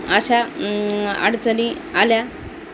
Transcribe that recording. अशा अडचणी आल्या